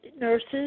nurses